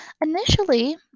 initially